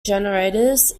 generators